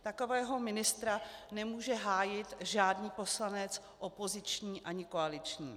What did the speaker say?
Takového ministra nemůže hájit žádný poslanec, opoziční ani koaliční.